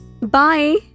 Bye